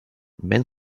men